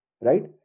right